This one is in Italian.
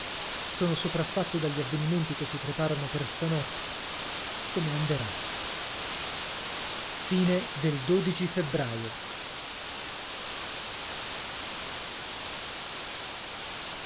sono sopraffatto dagli avvenimenti che si preparano per stanotte come anderà febbraio